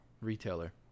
retailer